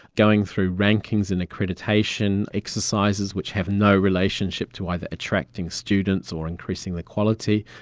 going through rankings and accreditation exercises which have no relationship to either attracting students or increasing the quality.